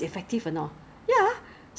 because of too much sanitizers